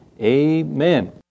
Amen